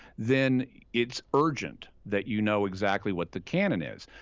then it's urgent that you know exactly what the canon is.